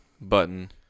button